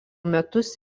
metus